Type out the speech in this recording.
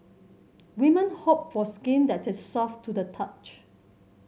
women hope for skin that is soft to the touch